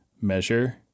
measure